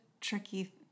tricky